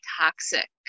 toxic